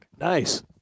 nice